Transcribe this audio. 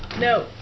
No